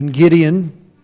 Gideon